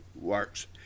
works